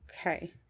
Okay